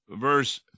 verse